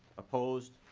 opposed?